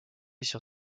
sur